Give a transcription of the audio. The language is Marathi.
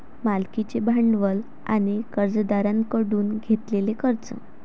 मालकीचे भांडवल आणि कर्जदारांकडून घेतलेले कर्ज